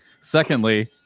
Secondly